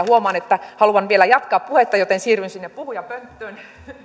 huomaan että haluan vielä jatkaa puhetta joten siirryn sinne puhujapönttöön